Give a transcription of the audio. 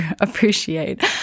appreciate